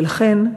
ולכן,